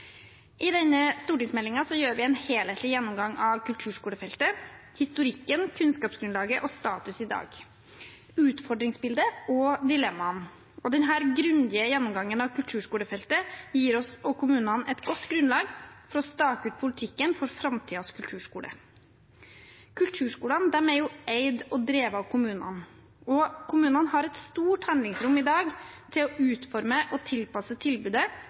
I denne stortingsmeldingen gjør vi en helhetlig gjennomgang av kulturskolefeltet – historikken, kunnskapsgrunnlaget og status i dag, utfordringsbildet og dilemmaene. Denne grundige gjennomgangen av kulturskolefeltet gir oss og kommunene et godt grunnlag for å stake ut politikken for framtidens kulturskole. Kulturskolene er eid og drevet av kommunene, og kommunene har i dag et stort handlingsrom til å utforme og tilpasse tilbudet